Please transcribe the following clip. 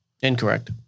incorrect